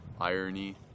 irony